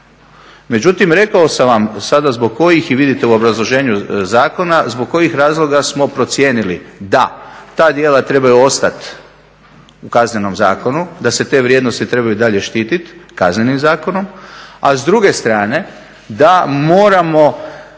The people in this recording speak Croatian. međutim rekao sam vam sada zbog kojih i vidite u obrazloženju zakona zbog kojih razloga smo procijenili da ta djela trebaju ostati u Kaznenom zakonu, da se te vrijednosti trebaju i dalje štititi Kaznenim zakonom, a s druge strane da moramo